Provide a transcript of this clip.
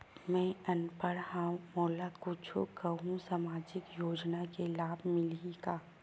मैं अनपढ़ हाव मोला कुछ कहूं सामाजिक योजना के लाभ मिलही का?